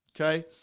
okay